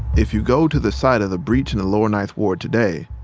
if you go to the site of the breach in the lower ninth ward today,